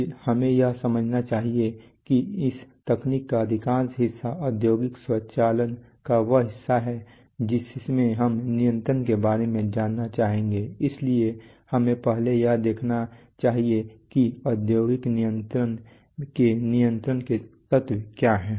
हमें यह समझना चाहिए कि इस तकनीक का अधिकांश हिस्सा औद्योगिक स्वचालन का वह हिस्सा है जिसमें हम नियंत्रण के बारे में जानना चाहेंगे इसलिए हमें पहले यह देखना चाहिए कि औद्योगिक नियंत्रण के नियंत्रण के तत्व क्या हैं